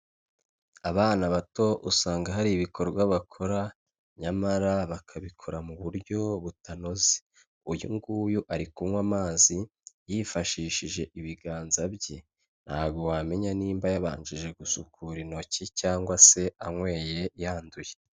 Abana bato usanga hari ibikorwa bakora nyamara bakabikora mu buryo butanoze uyu nguyu ari kunywa amazi yifashishije ibiganza bye ntabwo wamenya ni yabanje gusukura intoki cyangwa se anyweye yanduye.